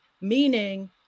meaning